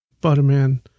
Butterman